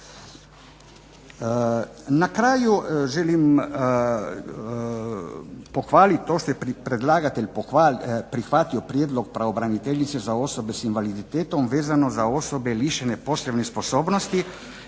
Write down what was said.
Na kraju želim pohvalit to što je predlagatelj prihvatio prijedlog pravobraniteljice za osobe sa invaliditetom vezano za osobe lišene poslovne sposobnosti